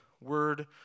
word